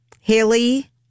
haley